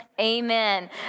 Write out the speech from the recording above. amen